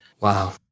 Wow